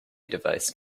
device